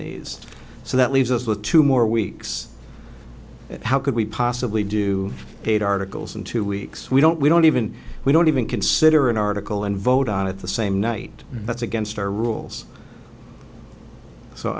these so that leaves us with two more weeks how could we possibly do paid articles in two weeks we don't we don't even we don't even consider an article and vote on it the same night that's against our rules so